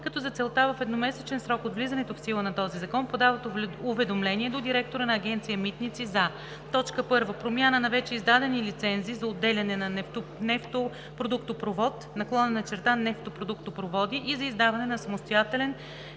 като за целта в едномесечен срок от влизането в сила на този закон подават уведомление до директора на Агенция „Митници“ за: 1. промяна на вече издадени лицензи за отделяне на нефтопродуктопровод/нефтопродуктопроводи и за издаване на